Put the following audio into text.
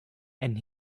and